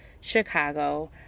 Chicago